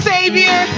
Savior